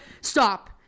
Stop